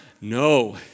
No